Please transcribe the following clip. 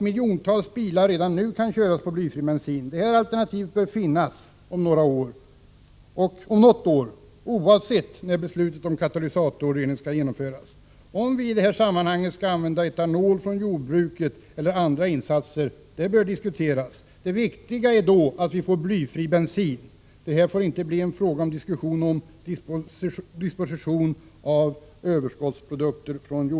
Miljontals bilar kan ju redan nu köras med blyfri bensin. Detta alternativ bör finnas om något år, oavsett när beslutet om katalysatorrening skall genomföras. Om vi i detta sammahang skall använda etanol från jordbruket eller någonting annat bör diskuteras. Det viktiga är att vi får blyfri bensin. Det får inte endast bli diskussion om hur man skall disponera jordbrukets överskottsprodukter.